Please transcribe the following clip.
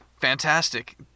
fantastic